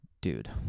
Dude